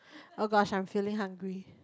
oh gosh I am feeling hungry